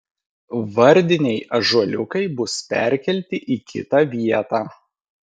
vardiniai ąžuoliukai bus perkelti į kitą vietą